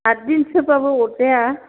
आथदिनसोबाबो अरजाया